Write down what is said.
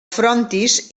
frontis